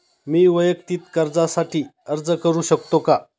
मी वैयक्तिक कर्जासाठी अर्ज करू शकतो का?